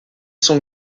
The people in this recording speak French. sont